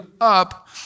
up